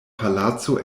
palaco